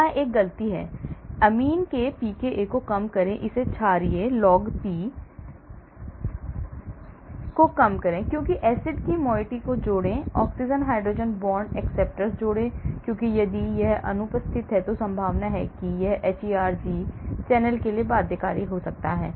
यहां एक गलती है अमीन के pKa को कम करें इसे क्षारीय log P को कम करें क्योंकि एसिड की moiety जोड़ें oxygen hydrogen bond acceptor जोड़ें क्योंकि यदि यह अनुपस्थिति है तो संभावना है कि यह hERG चैनल के लिए बाध्यकारी हो सकता है